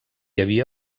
havia